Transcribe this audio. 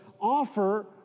offer